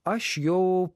aš jau